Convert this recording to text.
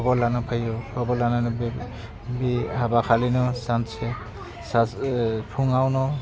खबर लानानै फैयो खबर लानानै बे बे हाबाखालिनो सानसे फुङावनो